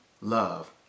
love